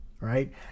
right